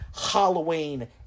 Halloween